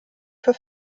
für